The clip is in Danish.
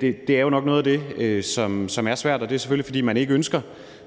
Det er jo nok noget af det, som er svært, og det er selvfølgelig, fordi man ikke ønsker